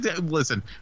listen